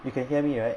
you can hear me right